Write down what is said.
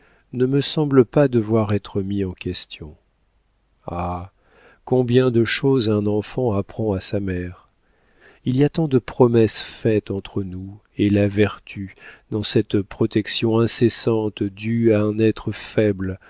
ne me semble pas devoir être mis en question ah combien de choses un enfant apprend à sa mère il y a tant de promesses faites entre nous et la vertu dans cette protection incessante due à un être faible